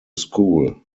school